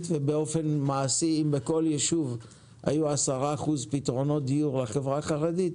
ובאופן מעשי אם בכל ישוב היו 10% פתרונות דיור לחברה החרדית